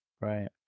Right